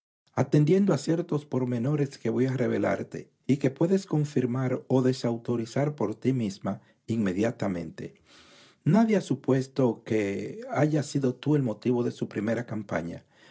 atendiendo a ciertos pormenores que voy a revelarte y que puedes confirmar o desautorizar por ti misma inmediatamente nadie ha supuesto que hayas sido tú el motivo de su primera campaña